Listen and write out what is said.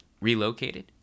relocated